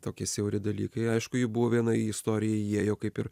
tokie siauri dalykai aišku ji buvo viena į istoriją įėjo kaip ir